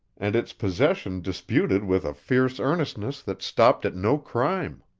and its possession disputed with a fierce earnestness that stopped at no crime?